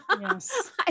yes